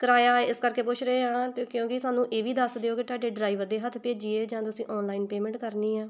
ਕਿਰਾਇਆ ਇਸ ਕਰਕੇ ਪੁੱਛ ਰਹੇ ਹਾਂ ਕਿਉਂਕਿ ਸਾਨੂੰ ਇਹ ਵੀ ਦੱਸ ਦਿਓ ਕਿ ਤੁਹਾਡੇ ਡਰਾਈਵਰ ਦੇ ਹੱਥ ਭੇਜੀਏ ਜਾਂ ਤੁਸੀਂ ਔਨਲਾਈਨ ਪੇਮੈਂਟ ਕਰਨੀ ਆਂ